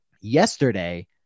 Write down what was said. Yesterday